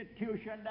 institution